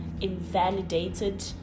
invalidated